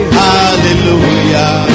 hallelujah